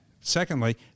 secondly